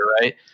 right